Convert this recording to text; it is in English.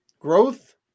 growth